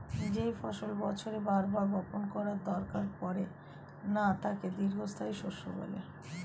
যেই ফসল বছরে বার বার বপণ করার দরকার পড়ে না তাকে দীর্ঘস্থায়ী শস্য বলে